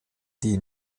die